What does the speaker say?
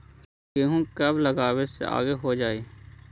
गेहूं कब लगावे से आगे हो जाई?